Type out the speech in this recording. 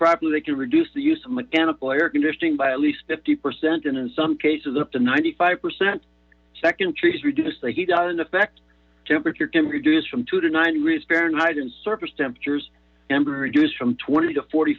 properly they can reduce the use of mechanical air conditioning by at least fifty percent and in some cases up to ninety five percent second trees reduce the heat out in effect temperature can reduce from two to nine degrees fahrenheit in surface temperatures ember reduced from twenty to forty